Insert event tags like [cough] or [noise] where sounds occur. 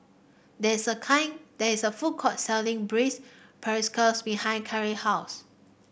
there is a kind there is a food court selling braised [unintelligible] behind Keira house